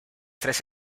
tres